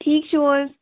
ٹھیٖک چھو حظ